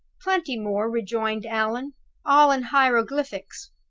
plenty more, rejoined allan all in hieroglyphics.